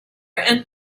and